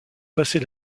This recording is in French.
passer